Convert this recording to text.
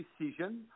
decision